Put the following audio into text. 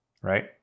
right